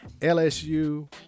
LSU